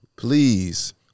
Please